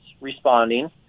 responding